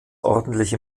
ordentliche